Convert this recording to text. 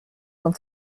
quand